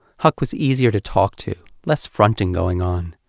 huck was easier to talk to, less fronting going on.